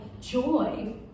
joy